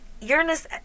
Uranus